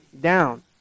down